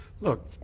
Look